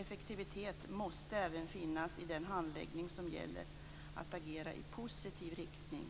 Effektivitet måste även finnas i den handläggning som gäller att agera i positiv riktning